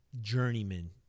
journeyman